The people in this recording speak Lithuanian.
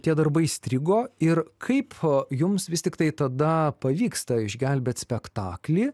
tie darbai įstrigo ir kaip jums vis tiktai tada pavyksta išgelbėt spektaklį